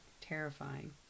Terrifying